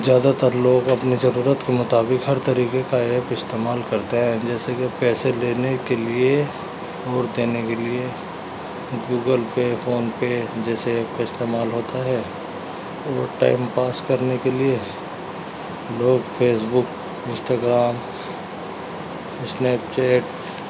زیادہ تر لوگ اپنی ضرورت کے مطابق ہر طریقے کا ایپ استعمال کرتے ہیں جیسے کہ پیسے لینے کے لیے اور دینے کے لیے گوگل پے فون پے جیسے ایپ کا استعمال ہوتا ہے اور ٹائم پاس کرنے کے لیے لوگ Facebook Instagram snap chat